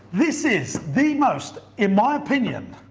this is the most, in my opinion,